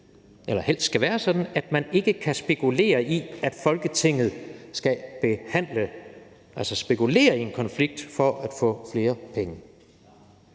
helst skal være sådan, at man ikke kan spekulere i, at Folketinget skal behandle det – altså spekulere i en konflikt for at få flere penge.